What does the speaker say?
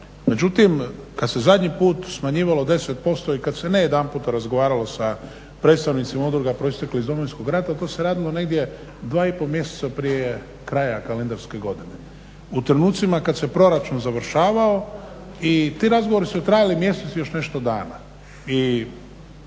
Međutim, kad se zadnji put smanjivalo 10% i kad se najedanput razgovaralo sa predstavnicima udruga proisteklih iz Domovinskog rata, to se radilo negdje 2 i pol mjeseca prije kraja kalendarske godine u trenucima kad se proračun završavao i ti razgovori su trajali mjesec i još nešto dana